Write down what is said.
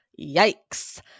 yikes